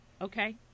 okay